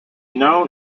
known